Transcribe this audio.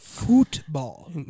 Football